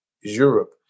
Europe